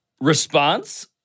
Response